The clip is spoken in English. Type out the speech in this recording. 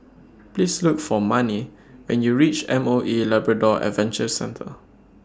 Please Look For Manie when YOU REACH M O E Labrador Adventure Centre